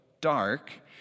dark